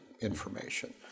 information